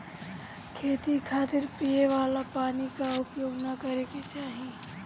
खेती खातिर पिए वाला पानी क उपयोग ना करे के चाही